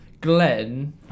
Glenn